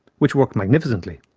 which worked magnificently.